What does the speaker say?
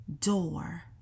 door